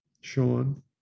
sean